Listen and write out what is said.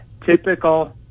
typical